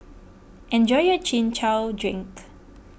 enjoy your Chin Chow Drink